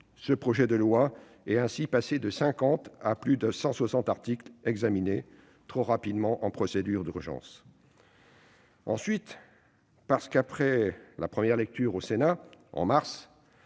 Ce projet de loi est ainsi passé de 50 articles à plus de 160 examinés trop rapidement en procédure d'urgence. Ensuite, après la première lecture au Sénat au mois